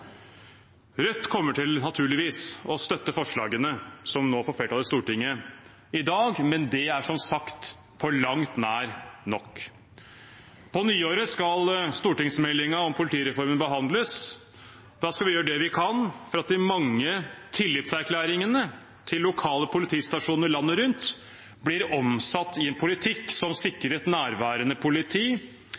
Rødt kommer naturligvis til å støtte forslagene som nå får flertall i Stortinget i dag, men det er som sagt på langt nær nok. På nyåret skal stortingsmeldingen om politireformen behandles. Da skal vi gjøre det vi kan for at de mange tillitserklæringene til lokale politistasjoner landet rundt blir omsatt i en politikk som sikrer et nærværende politi